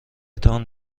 تان